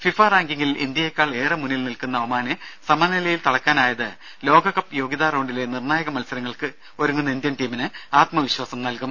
FIFA റാങ്കിങ്ങിൽ ഇന്ത്യയേക്കാൾ ഏറെ മുന്നിൽ നിൽക്കുന്ന ഒമാനെ സമനിലയിൽ തളയ്ക്കാനായത് ലോകകപ്പ് യോഗ്യതാ റൌണ്ടിലെ നിർണായക മത്സരങ്ങൾക്ക് ഒരുങ്ങുന്ന ഇന്ത്യൻ ടീമിന് ആത്മ വിശ്വാസം നൽകും